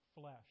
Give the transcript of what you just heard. flesh